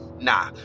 nah